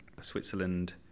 Switzerland